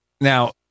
Now